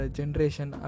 generation